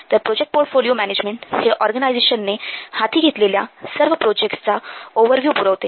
तर project portfolio management हे ऑर्गनायझेशनने हाती घेतलेल्या सर्व प्रोजेक्टचा प्रोजेक्ट्स ओव्हर्व्ह्यू पुरवते